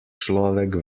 človek